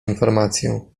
informację